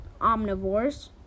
omnivores